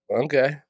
Okay